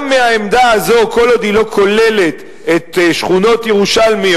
גם מהעמדה הזאת כל עוד היא לא כוללת שכונות ירושלמיות,